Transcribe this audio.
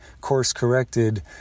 course-corrected